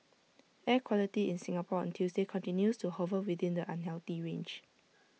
air quality in Singapore on Tuesday continues to hover within the unhealthy range